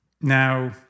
Now